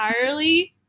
entirely